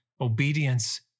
Obedience